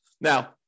Now